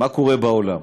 מה קורה בעולם.